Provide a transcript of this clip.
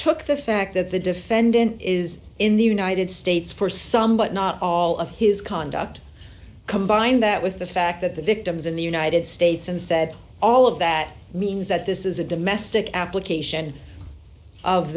took the fact that the defendant is in the united states for some but not all of his conduct combined that with the fact that the victims in the united states and said all of that means that this is a domestic application of